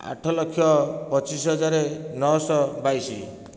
ଆଠ ଲକ୍ଷ ପଚିଶ ହଜାର ନଅ ଶହ ବାଇଶି